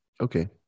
Okay